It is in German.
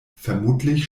vermutlich